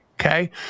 okay